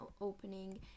opening